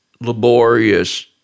laborious